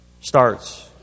starts